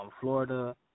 Florida